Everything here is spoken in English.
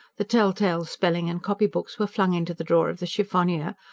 the telltale spelling and copy-books were flung into the drawer of the chiffonier,